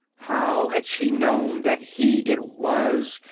how had she known that he it was,